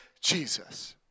Jesus